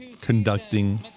conducting